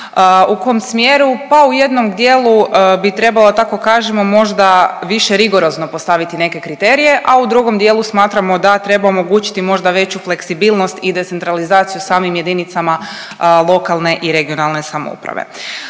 U kom smjeru? Pa u jednom dijelu bi trebalo da tako kažemo možda više rigorozno postaviti neke kriterije, a u drugom dijelu smatramo da treba omogućiti možda veću fleksibilnost i decentralizaciju samim jedinicama lokalne i regionalne samouprave.